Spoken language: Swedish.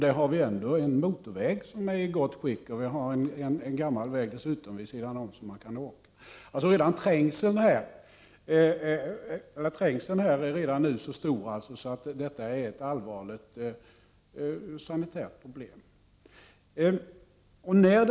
Där har vi ändå en motorväg = e som är i gott skick, och dessutom en gammal väg vid sidan om som man också kan åka. Trängseln här är redan så stor att detta är ett allvarligt sanitärt problem.